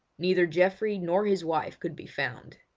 neither geoffrey nor his wife could be found.